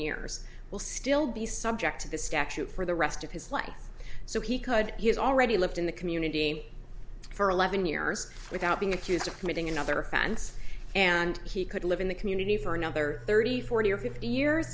years will still be subject to the statute for the rest of his life so he could he has already lived in the community for eleven years without being accused of committing another france and he could live in the community for another thirty forty or fifty years